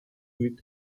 with